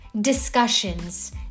discussions